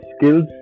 skills